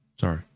Sorry